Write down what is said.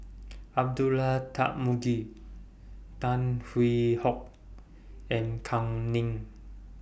Abdullah Tarmugi Tan Hwee Hock and Kam Ning